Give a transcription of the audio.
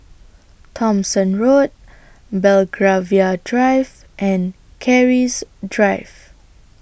Thomson Road Belgravia Drive and Keris Drive